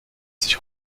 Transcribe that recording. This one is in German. sich